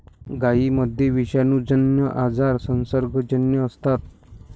गायींमध्ये विषाणूजन्य आजार संसर्गजन्य असतात